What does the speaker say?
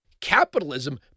Capitalism